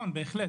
השאלה,